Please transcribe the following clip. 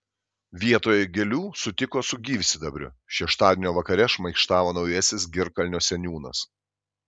vietoj gėlių sutiko su gyvsidabriu šeštadienio vakare šmaikštavo naujasis girkalnio seniūnas